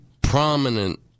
prominent